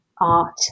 art